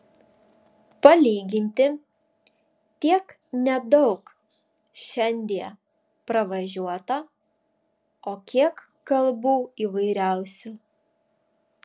palyginti tiek nedaug šiandie pravažiuota o kiek kalbų įvairiausių